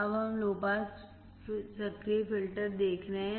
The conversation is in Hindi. अब हम लो पास सक्रिय फ़िल्टर देख रहे हैं